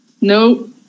No